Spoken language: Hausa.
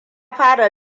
fara